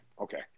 Okay